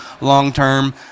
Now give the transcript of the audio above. long-term